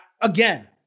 again